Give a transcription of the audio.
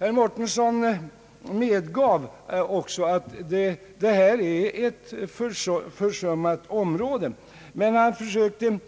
Herr Mårtensson medgav att det här är ett försummat område. Han försökte